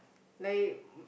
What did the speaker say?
like